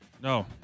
No